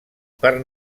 per